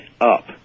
up